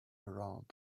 around